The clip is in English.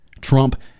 trump